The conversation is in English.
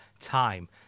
time